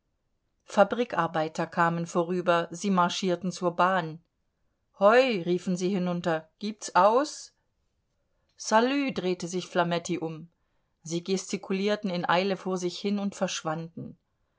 fabrikarbeiter kamen vorüber sie marschierten zur bahn hoi riefen sie hinunter gibt's aus salü drehte sich flametti um sie gestikulierten in eile vor sich hin und verschwanden